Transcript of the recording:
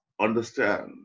understand